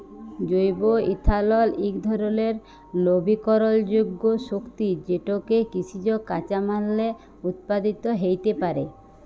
জৈব ইথালল ইক ধরলের লবিকরলযোগ্য শক্তি যেটকে কিসিজ কাঁচামাললে উৎপাদিত হ্যইতে পারে